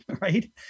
right